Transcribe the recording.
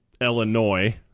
Illinois